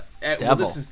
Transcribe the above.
Devil